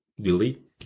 delete